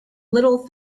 little